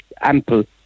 ample